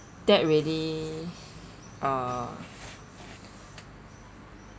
that really uh